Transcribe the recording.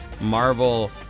Marvel